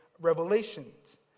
revelations